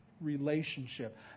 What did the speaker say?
relationship